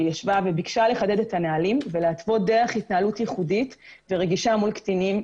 וביקשה לחדד את הנהלים ולהתוות דרך התנהלות ייחודית ורגישה מול קטינים,